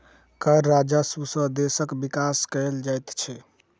कर राजस्व सॅ देशक विकास कयल जाइत छै